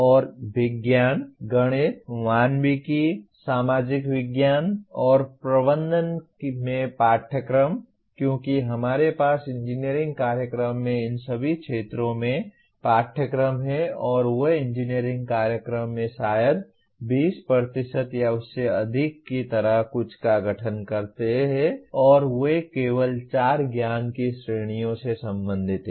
और विज्ञान गणित मानविकी सामाजिक विज्ञान और प्रबंधन में पाठ्यक्रम क्योंकि हमारे पास इंजीनियरिंग कार्यक्रम में इन सभी क्षेत्रों में पाठ्यक्रम हैं और वे इंजीनियरिंग कार्यक्रम में शायद 20 या उससे अधिक की तरह कुछ का गठन करते हैं और वे केवल चार ज्ञान की श्रेणियां से संबंधित हैं